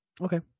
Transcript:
Okay